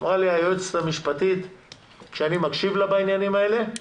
ואמרה לי היועצת המשפטית שאני מקשיב לה בעניינים האלה,